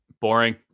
Boring